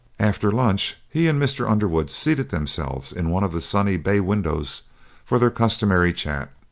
after lunch he and mr. underwood seated themselves in one of the sunny bay-windows for their customary chat,